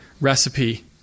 recipe